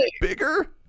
bigger